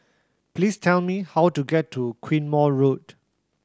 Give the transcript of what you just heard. please tell me how to get to Quemoy Road